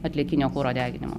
atliekinio kuro deginimo